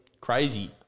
crazy